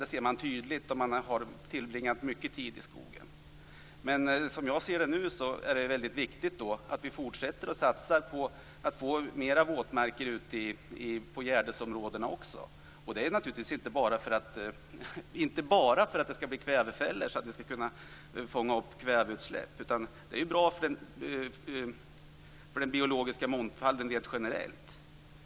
Det ser man tydligt om man har tillbringat mycket tid i skogen. Men som jag ser det nu är det viktigt att vi fortsätter att satsa på fler våtmarker ute på gärdesområdena också - och det inte bara för att det skall bli kvävefällor som kan fånga upp kväveutsläpp. Detta är också bra för den biologiska mångfalden rent generellt.